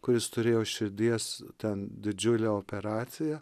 kuris turėjo širdies ten didžiulę operaciją